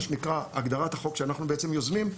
שנקרא הגדרת החוק שאנחנו בעצם יוזמים,